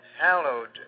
hallowed